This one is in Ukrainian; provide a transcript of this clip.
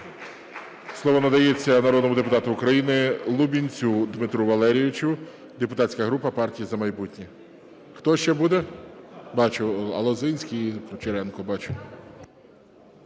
Слово надається народному депутату України Лубінцю Дмитру Валерійовичу, депутатська група "Партія "За майбутнє". Хто ще буде? Бачу, Лозинський і Кучеренко. Бачу.